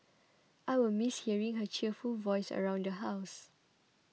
I will miss hearing her cheerful voice around the house